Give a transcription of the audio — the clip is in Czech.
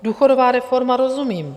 Důchodová reforma, rozumím.